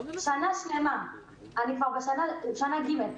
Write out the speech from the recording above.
אני כבר בשנה ג',